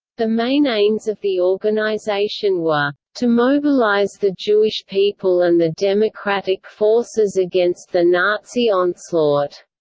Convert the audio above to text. the main aims of the organization were to mobilize the jewish people and the democratic forces against the nazi onslaught,